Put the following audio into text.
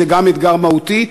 זה גם אתגר מהותי,